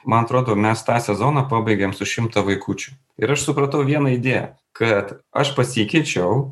man atrodo mes tą sezoną pabaigėm su šimtą vaikučių ir aš supratau vieną idėją kad aš pasikeičiau